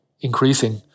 increasing